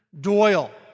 Doyle